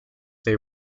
they